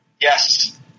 yes